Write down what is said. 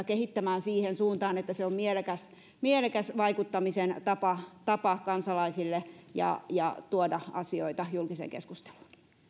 kehittämään siihen suuntaan että se on mielekäs mielekäs vaikuttamisen tapa tapa kansalaisille ja ja tuoda asioita julkiseen keskusteluun